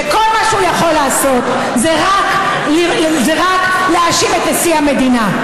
וכל מה שהוא יכול לעשות זה רק להאשים את נשיא המדינה.